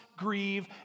grieve